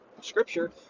scripture